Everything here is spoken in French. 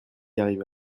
arrive